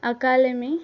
అకాలమీ